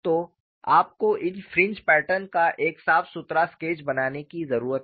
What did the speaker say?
तो आपको इन फ्रिंज पैटर्न का एक साफ सुथरा स्केच बनाने की जरूरत है